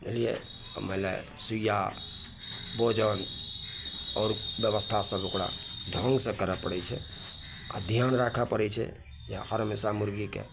बुझलिऐ अब मानि लै सूइयाँ भोजन आओर बेबस्था सब ओकरा ढङ्ग से करे पड़ैत छै आ धिआन राखे पड़ैत छै जे हर हमेशा मुर्गीके